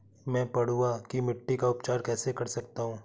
मैं पडुआ की मिट्टी का उपचार कैसे कर सकता हूँ?